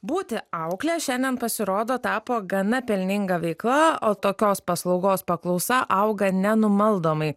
būti aukle šiandien pasirodo tapo gana pelninga veikla o tokios paslaugos paklausa auga nenumaldomai